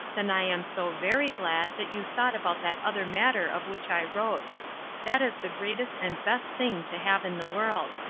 then i am so very glad that you thought about that other matter of which i wrote that is the greatest and best thing to have in the world.